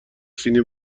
سینی